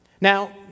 Now